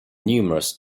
numerous